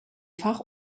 fach